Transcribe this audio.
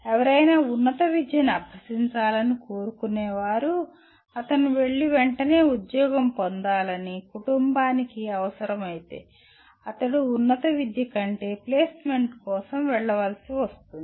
ఎవరైనా ఉన్నత విద్య ని అభ్యసించాలని అనుకునేవారు అతను వెళ్లి వెంటనే ఉద్యోగం పొందాలని కుటుంబానికి అవసరమైతే అతడు ఉన్నత విద్య కంటే ప్లేస్మెంట్ కోసం వెళ్ళవలసి వస్తుంది